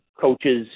coaches